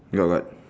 your what